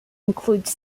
includes